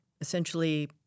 essentially